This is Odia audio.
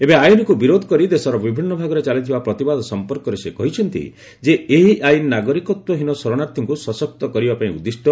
ଏବେ ଆଇନକୁ ବିରୋଧ କରି ଦେଶର ବିଭିନ୍ନ ଭାଗରେ ଚାଲିଥିବା ପ୍ରତିବାଦ ସଂପର୍କରେ ସେ କହିଛନ୍ତି ଯେ ଏହି ଆଇନ ନାଗରିକତ୍ୱହୀନ ଶରଣାର୍ଥୀଙ୍କ ସଶକ୍ତ କରିବା ପାଇଁ ଉଦ୍ଦିଷ୍ଟ